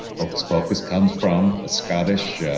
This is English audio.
hocus-pocus comes from a scottish,